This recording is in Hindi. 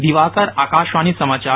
दिवाकर आकाशवाणी समाचार